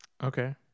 Okay